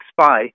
spy